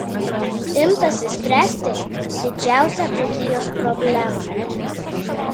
imtasi spręsti didžiausią dzūkijos problemą